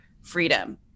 freedom